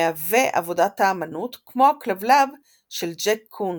מהווה עבודת האמנות, כמו הכלבלב של ג'ק קונס,